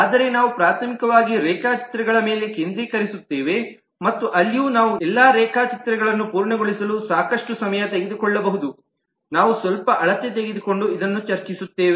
ಆದರೆ ನಾವು ಪ್ರಾಥಮಿಕವಾಗಿ ರೇಖಾಚಿತ್ರಗಳ ಮೇಲೆ ಕೇಂದ್ರೀಕರಿಸುತ್ತೇವೆ ಮತ್ತು ಅಲ್ಲಿಯೂ ನಾವು ಎಲ್ಲಾ ರೇಖಾಚಿತ್ರಗಳನ್ನು ಪೂರ್ಣಗೊಳಿಸಲು ಸಾಕಷ್ಟು ಸಮಯ ತೆಗೆದುಕೊಳ್ಳಬಹುದು ನಾವು ಸ್ವಲ್ಪ ಅಳತೆ ತೆಗೆದುಕೊಂಡು ಇದನ್ನು ಚರ್ಚಿಸುತ್ತೇವೆ